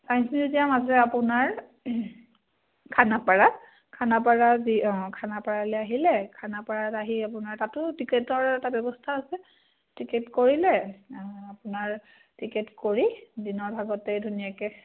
science museum আছে আপোনাৰ খানাপাৰাত খানাপাৰাৰ যি অঁ খানাপাৰালৈ আহিলে খানাপাৰাত আহি আপোনাৰ তাতো টিকেটৰ এটা ব্যৱস্থা আছে টিকেট কৰিলে আপোনাৰ টিকেট কৰি দিনৰ ভাগতেই ধুনীয়াকৈ